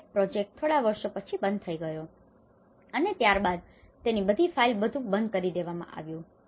આ FORECAFE project થોડા વર્ષો પછી બંધ થઈ ગયો છે અને ત્યારબાદ તેની બધી ફાઇલ બધું બંધ કરી દેવામાં આવ્યું